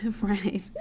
Right